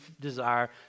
desire